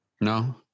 No